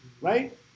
right